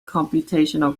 computational